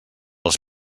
les